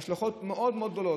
אלה השלכות מאוד-מאוד גדולות,